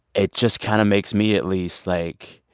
it just kind of makes me at least, like,